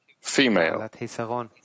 female